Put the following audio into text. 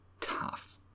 tough